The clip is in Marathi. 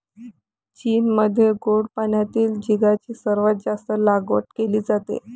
चीनमध्ये गोड पाण्यातील झिगाची सर्वात जास्त लागवड केली जाते